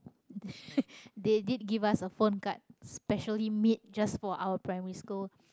th~ they did give us a phone card specially made just for our primary school